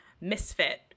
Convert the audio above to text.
misfit